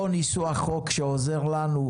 או ניסוח חוק שעוזר לנו,